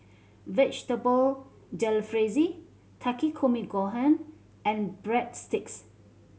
Vegetable Jalfrezi Takikomi Gohan and Breadsticks